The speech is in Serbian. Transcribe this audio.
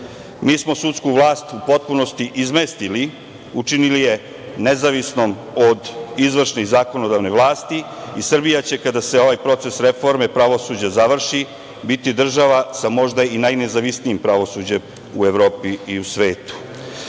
mi smo sudsku vlast u potpunosti izmestili, učinili je nezavisnom od izvršne i zakonodavne vlasti i Srbija će kada se ovaj proces reforme pravosuđa završi biti država sa možda i najnezavisnijim pravosuđem u Evropi i u svetu,